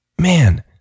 Man